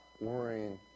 worrying